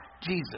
Jesus